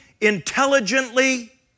intelligently